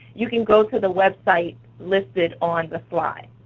you can go to the website listed on the slides.